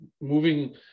moving